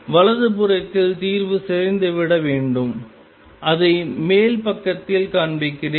வலது புறத்தில் தீர்வு சிதைந்துவிட வேண்டும் அதை மேல் பக்கத்தில் காண்பிக்கிறேன்